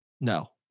No